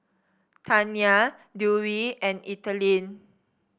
Taina Dewey and Ethelene